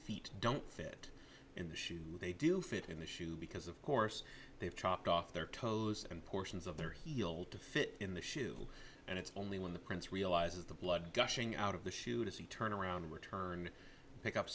feet don't fit in the shoes they do fit in the shoe because of course they've chopped off their toes and portions of their heel to fit in the shoe and it's only when the prince realizes the blood gushing out of the chute as he turn around to return pick up